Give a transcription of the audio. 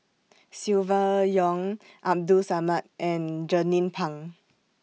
Silvia Yong Abdul Samad and Jernnine Pang